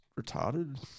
retarded